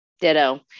ditto